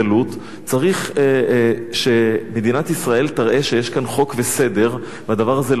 צריך שמדינת ישראל תראה שיש כאן חוק וסדר והדבר הזה לא יכול להיות,